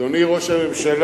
אדוני ראש הממשלה?